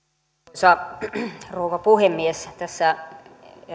arvoisa rouva puhemies tässä